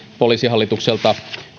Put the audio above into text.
poliisihallitukselta